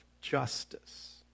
justice